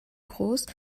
groß